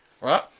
Right